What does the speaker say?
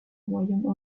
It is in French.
royaumes